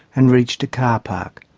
and reached a car park.